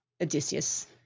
odysseus